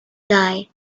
die